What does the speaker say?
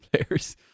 players